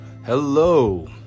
Hello